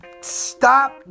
stop